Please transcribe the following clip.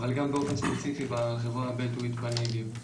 אבל גם באופן ספציפי בחברה הבדואית בנגב.